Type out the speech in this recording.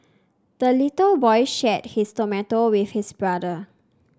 the little boy shared his tomato with his brother